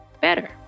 better